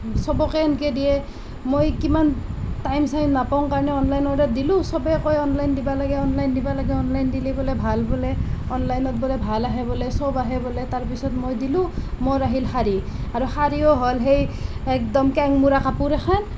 চবকে সেনেকৈ দিয়ে মই কিমান টাইম চাইম নাপাওঁ কাৰণে অনলাইন অৰ্ডাৰ দিলোঁ চবেই কয় অনলাইন দিব লাগে অনলাইন দিব লাগে অনলাইন দিলে বোলে ভাল বোলে অনলাইনত বোলে ভাল আহে বোলে তাৰ পিছত মই দিলোঁ মোৰ আহিল শাৰী আৰু শাৰীও হ'ল সেই একদম কেংমৰা কাপোৰ এখন